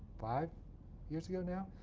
five years ago now?